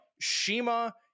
Shima